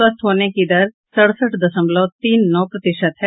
स्वस्थ होने की दर सड़सठ दशमलव तीन नौ प्रतिशत है